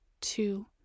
two